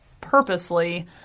purposely